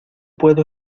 puedo